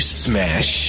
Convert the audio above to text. smash